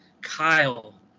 Kyle